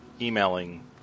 emailing